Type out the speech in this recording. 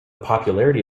popularity